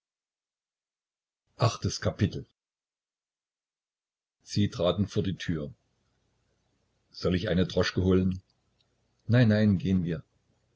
sie traten vor die tür soll ich eine droschke holen nein nein gehen wir